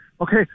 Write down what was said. Okay